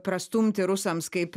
prastumti rusams kaip